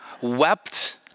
wept